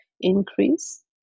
increase